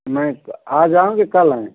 मैं आज आऊँ या कल आएँ